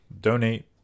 Donate